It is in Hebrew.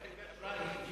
אולי שיתרגם.